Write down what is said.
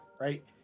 Right